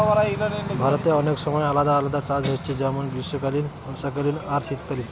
ভারতে অনেক সময় আলাদা আলাদা চাষ হচ্ছে যেমন গ্রীষ্মকালীন, বর্ষাকালীন আর শীতকালীন